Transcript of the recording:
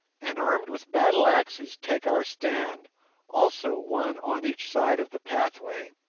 and armed with battleaxes take our stand also one on each side of the pathway,